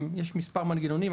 יש מספר מנגנונים,